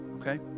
okay